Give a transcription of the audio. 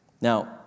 Now